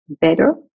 better